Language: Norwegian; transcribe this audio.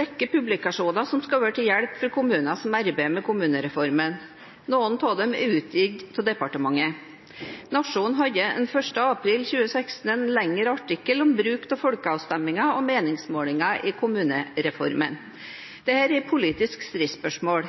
rekke publikasjoner som skal være til hjelp for kommuner som arbeider med kommunereformen. Noen av dem er utgitt av departementet. Nationen hadde den 1. april 2016 en lengre artikkel om bruk av folkeavstemninger og meningsmålinger i kommunereformen. Dette er et politisk stridsspørsmål.